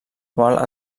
qual